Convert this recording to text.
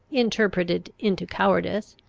interpreted into cowardice,